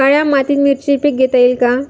काळ्या मातीत मिरचीचे पीक घेता येईल का?